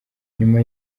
nyuma